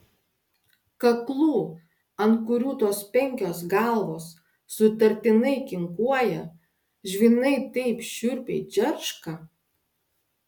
kaklų ant kurių tos penkios galvos sutartinai kinkuoja žvynai taip šiurpiai džerška